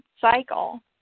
cycle